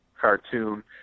cartoon